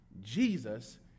Jesus